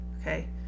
okay